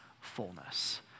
fullness